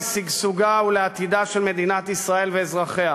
לשגשוגה ולעתידה של מדינת ישראל ולעתיד אזרחיה.